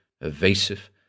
evasive